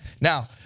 Now